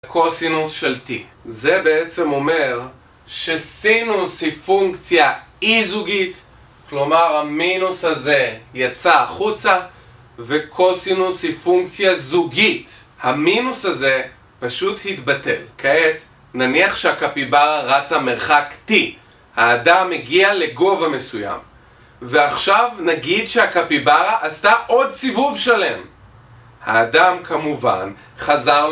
קוסינוס של t זה בעצם אומר שסינוס היא פונקציה אי-זוגית כלומר המינוס הזה יצא החוצה וקוסינוס היא פונקציה זוגית המינוס הזה פשוט התבטל כעת נניח שהקפיברה רצה מרחק t, האדם הגיע לגובה מסוים, ועכשיו נגיד שהקפיברה עשתה עוד סיבוב שלם האדם כמובן חזר ל...